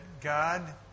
God